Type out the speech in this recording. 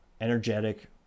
energetic